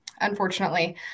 unfortunately